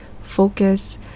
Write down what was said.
Focus